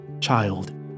Child